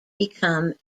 become